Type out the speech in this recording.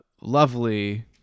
lovely